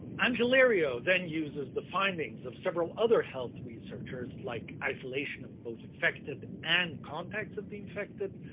angelerio then uses the findings of several other health researchers like isolation of both infected and contacts of the infected,